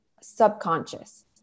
subconscious